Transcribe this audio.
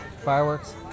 fireworks